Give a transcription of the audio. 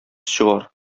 чыгар